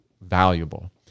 valuable